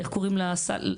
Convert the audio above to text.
איך קוראים לסל?